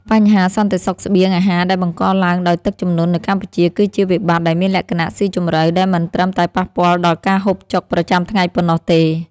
បញ្ហាសន្តិសុខស្បៀងអាហារដែលបង្កឡើងដោយទឹកជំនន់នៅកម្ពុជា គឺជាវិបត្តិដែលមានលក្ខណៈស៊ីជម្រៅ ដែលមិនត្រឹមតែប៉ះពាល់ដល់ការហូបចុកប្រចាំថ្ងៃប៉ុណ្ណោះទេ។